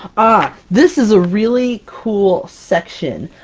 ah this is a really cool section!